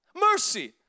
Mercy